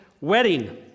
wedding